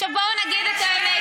עכשיו, בואו נגיד את האמת.